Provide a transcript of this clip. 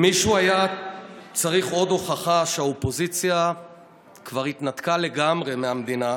אם מישהו היה צריך עוד הוכחה שהאופוזיציה התנתקה לגמרי מהמדינה,